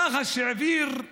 מח"ש העבירה